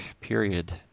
period